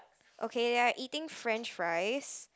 okay they are eating French fries